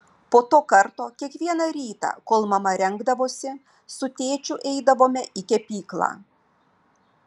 po to karto kiekvieną rytą kol mama rengdavosi su tėčiu eidavome į kepyklą